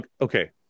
Okay